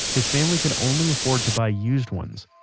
his family could only afford to buy used ones,